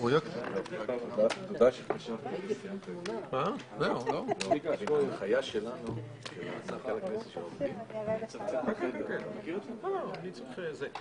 הישיבה ננעלה בשעה 11:01.